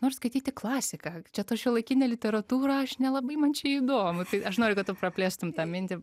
noriu skaityti klasiką čia ta šiuolaikinė literatūra aš nelabai man čia įdomu tai aš noriu kad tu praplėstum tą mintį